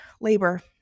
labor